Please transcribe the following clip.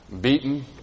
beaten